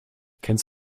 kennst